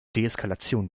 deeskalation